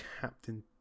Captain